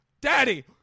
Daddy